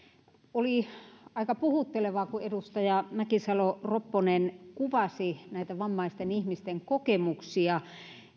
oli aika puhuttelevaa kun edustaja mäkisalo ropponen kuvasi näitä vammaisten ihmisten kokemuksia